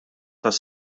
tas